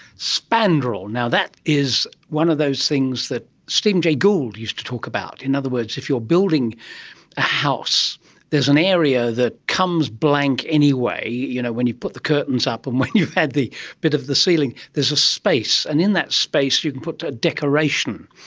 spandrel. now, that is one of those things that stephen jay gould used to talk about. in other words, if you're building a house, there is an area that comes blank anyway, you know, when you put the curtains up and when you've had the bit of the ceiling, there is a space, and in that space you can put a decoration.